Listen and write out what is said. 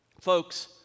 Folks